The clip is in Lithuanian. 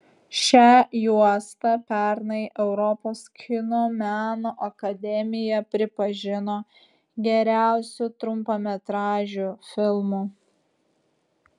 šią juostą pernai europos kino meno akademija pripažino geriausiu trumpametražiu filmu